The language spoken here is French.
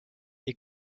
est